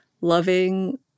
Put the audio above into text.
loving